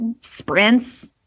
sprints